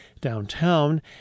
downtown